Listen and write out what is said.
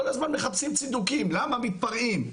כל הזמן מחפשים צידוקים, למה מתפרעים.